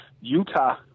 Utah